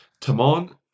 Tamon